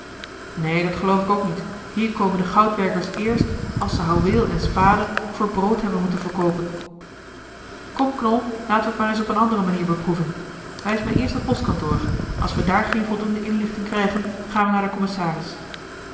neen dat geloof ik ook niet hier komen de goudwerkers eerst als ze houweel en spade voor brood hebben moeten verkoopen kom knol laten we het maar eens op eene andere manier beproeven wijs mij eerst het postkantoor als we daar geen voldoende inlichting krijgen gaan we naar den commissaris